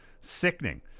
Sickening